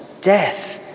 death